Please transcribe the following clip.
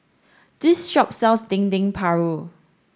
this shop sells Dendeng Paru